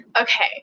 Okay